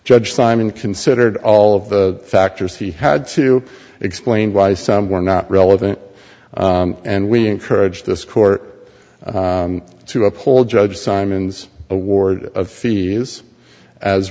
judge simon considered all of the factors he had to explain why some were not relevant and we encourage this court to uphold judge simon's award of fees as